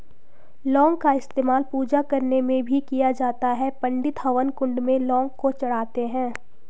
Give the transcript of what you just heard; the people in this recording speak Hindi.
लौंग का इस्तेमाल पूजा करने में भी किया जाता है पंडित हवन कुंड में लौंग को चढ़ाते हैं